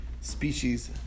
species